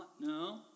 no